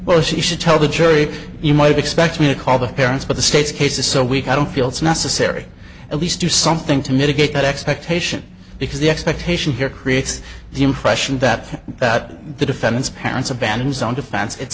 but she should tell the jury you might expect me to call the parents but the state's case is so weak i don't feel it's necessary at least do something to mitigate that expectation because the expectation here creates the impression that that the defendant's parents abandon his own defense it